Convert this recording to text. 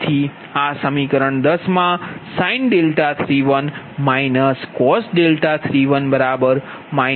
તેથી આ સમીકરણ 10 માં sin31− cos31 −2